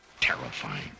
Terrifying